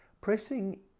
pressing